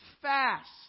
fast